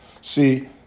see